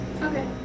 Okay